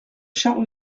charles